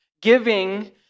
Giving